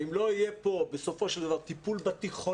אם לא יהיה פה בסופו של דבר טיפול בתיכונים